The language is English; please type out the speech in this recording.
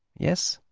yes,